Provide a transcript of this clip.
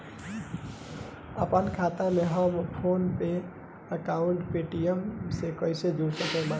आपनखाता के हम फोनपे आउर पेटीएम से कैसे जोड़ सकत बानी?